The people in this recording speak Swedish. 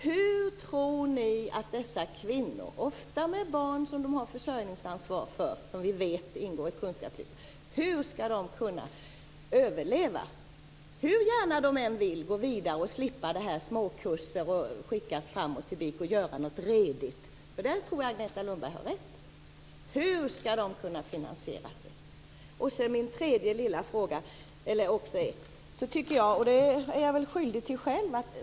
Hur tror ni att de kvinnor som har försörjningsansvar för barn och som vi vet ingår i kunskapslyftet skall kunna överleva? Jag tror att Agneta Lundberg har rätt i att de gärna vill gå vidare och slippa småkurser och slippa att bli skickade hit och dit. De vill göra någonting redigt. Men hur skall de kunna finansiera detta?